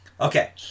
Okay